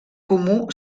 comú